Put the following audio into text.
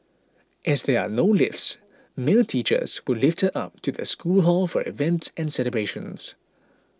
as there are no lifts male teachers would lift her up to the school hall for events and celebrations